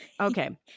Okay